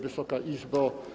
Wysoka Izbo!